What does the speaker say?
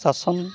ᱥᱟᱥᱚᱱ